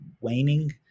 waning